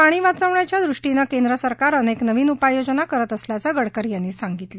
पाणी वाचवण्याच्या दृष्टीनं केंद्र सरकार अनेक नवीन उपाययोजना करत असल्याचं गडकरी यांनी सांगितलं